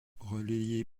relayée